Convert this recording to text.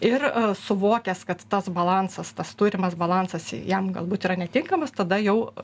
ir suvokęs kad tas balansas tas turimas balansas jam galbūt yra netinkamas tada jau